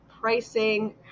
pricing